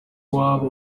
waba